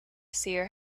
seer